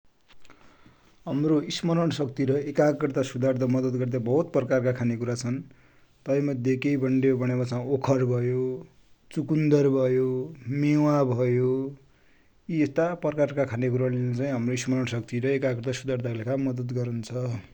हमरो स्मरणसक्ति र एकाग्रता सुधार गर्न मदत गर्ने बहुत प्रकारका खानेकुरा छन । तै मध्ये केइ भन्डेहो भनेपछा ओखर भयो, चुकुन्दर भयो, मेवा भयो, यि यस्ता प्रकार का खानेकुरा ले चाइ हमरो स्मरणसक्ति ले एकाग्रता सुधार्दा कि मदत गरन्छ ।